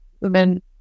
women